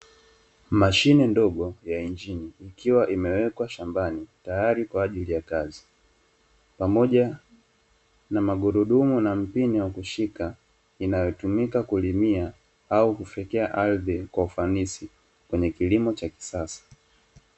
Mashine ndogo ya injini ikiwa imewekwa shambani tayari kwa ajili ya kazi, pamoja na magurudumu na mpini wa kushika inayotumika kulimia au kufyekea ardhi kwa ufanisi kwenye kilimo cha kisasa.